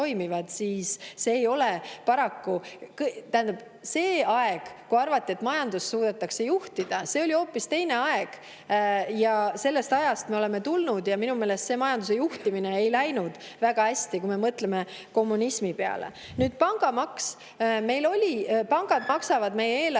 mõistlik jutt. See aeg, kui arvati, et majandust suudetakse juhtida, oli hoopis teine aeg. Sellest ajast me oleme tulnud. Minu meelest see majanduse juhtimine ei läinud väga hästi, kui me mõtleme kommunismi peale. Nüüd pangamaks. Pangad maksavad meie eelarvesse